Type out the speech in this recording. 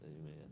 Amen